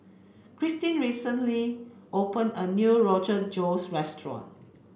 Cristin recently opened a new Rogan Josh Restaurant